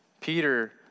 Peter